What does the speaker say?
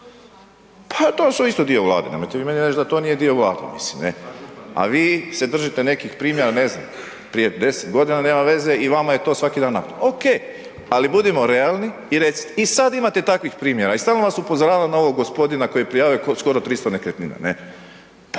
to su isto dio Vlade, nemojte vi meni reć da to nije dio Vlade, mislim ne, a vi se držite nekih primjera ne znam prije 10.g. nema veze i vama je to svaki dan …/Govornik se ne razumije/… Oke, ali budimo realno i recite, i sad imate takvih primjera i stalno vas upozoravam na ovog gospodina koji je prijavio skoro 300 nekretnina ne, pa